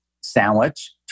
sandwich